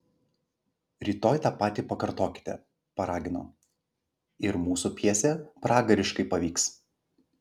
rytoj tą patį pakartokite paragino ir mūsų pjesė pragariškai pavyks